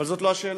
אבל זאת לא השאלה.